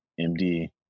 MD